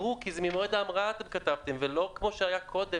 כי כתבתם שזה ממועד ההמראה ולא כמו שהיה קודם,